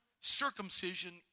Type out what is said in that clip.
circumcision